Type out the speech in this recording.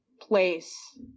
place